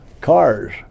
cars